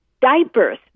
diapers